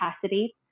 capacity